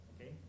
Okay